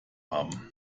haben